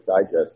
Digest